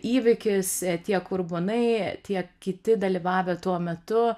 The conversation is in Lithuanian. įvykis tiek urbonai tiek kiti dalyvavę tuo metu